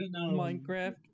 Minecraft